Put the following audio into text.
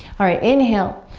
alright, inhale.